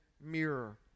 mirror